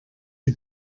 die